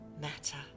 matter